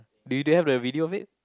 do do you have the video of it